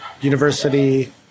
university